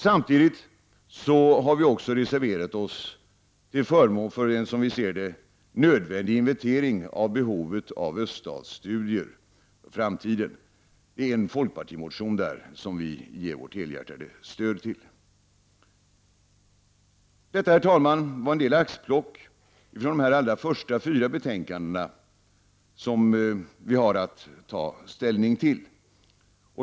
Vi har samtidigt reserverat oss till förmån för en, som vi ser det, nödvändig inventering av behoven av öststatsstudier i framtiden. Det är en folkpartimotion som vi moderater genom reservationen ger vårt helhjärtade stöd. Detta, herr talman, var några axplock från de fyra första betänkanden från utbildningsutskottet som vi har att ta ställning till.